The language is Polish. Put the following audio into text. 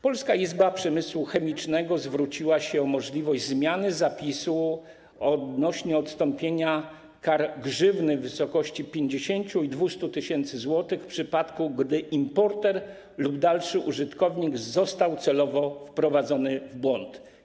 Polska Izba Przemysłu Chemicznego zwróciła się o możliwość zmiany zapisu odnośnie do odstąpienia od kar grzywny w wysokości 50 tys. zł i 200 tys. zł, w przypadku gdy importer lub dalszy użytkownik został celowo wprowadzony w błąd.